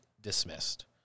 dismissed